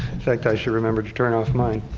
in fact i should remember to turn off mine.